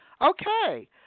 Okay